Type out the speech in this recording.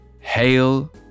Hail